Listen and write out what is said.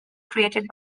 created